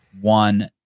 one